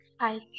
Hi